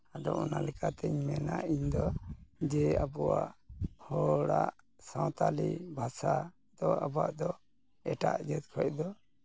ᱟᱫᱚ ᱚᱱᱟ ᱞᱮᱠᱟᱛᱤᱧ ᱢᱮᱱᱟ ᱤᱧᱫᱚ ᱡᱮ ᱟᱵᱚᱣᱟᱜ ᱦᱚᱲᱟᱜ ᱥᱟᱱᱛᱟᱲᱤ ᱵᱷᱟᱥᱟ ᱫᱚ ᱟᱵᱚᱣᱟᱜ ᱫᱚ ᱮᱴᱟᱜ ᱡᱟᱹᱛ ᱠᱷᱚᱡ ᱫᱚ